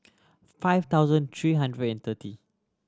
five thousand three hundred and thirty